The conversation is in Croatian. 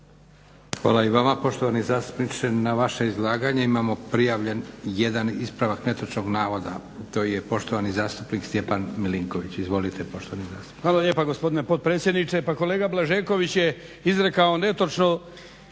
Hvala i vama poštovani zastupniče. Na vaše izlaganje imamo prijavljen jedan ispravak netočnog navoda. To je poštovani zastupnik Stjepan Milinković. Izvolite poštovani zastupniče. **Milinković, Stjepan (HDZ)** Hvala lijepa gospodine potpredsjedniče. Pa kolega Blažeković je izrekao netočno